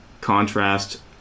contrast